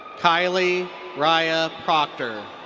kylie raya proctor.